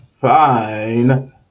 fine